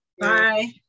Bye